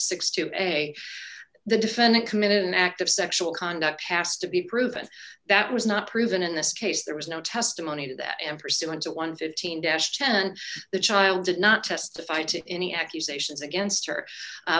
six to a the defendant committed an act of sexual conduct has to be proven that was not proven in this case there was no testimony to that and pursuant to one hundred and fifteen dash ten the child did not testify to any accusations against her